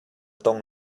tong